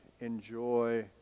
enjoy